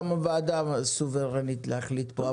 גם הוועדה סוברנית להחליט פה.